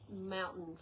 mountain